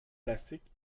plastique